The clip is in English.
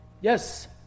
Yes